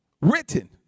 written